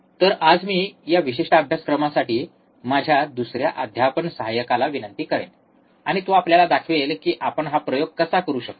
तर आज मी या विशिष्ट अभ्यासक्रमासाठी माझ्या दुसऱ्या अध्यापन सहाय्यकाला विनंती करेन आणि तो आपल्याला दाखवेल की आपण हा प्रयोग कसा करू शकतो